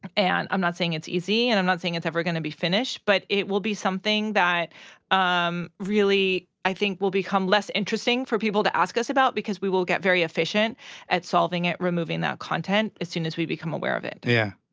and i'm not saying it's easy, and i'm not saying it's ever gonna be finished. but it will be something that um really i think will become less interesting for people to ask us about because we will get very efficient at solving it, removing that content as soon as we become aware of it. yeah.